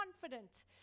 confident